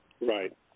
Right